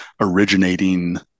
originating